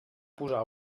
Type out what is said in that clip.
posar